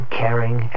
caring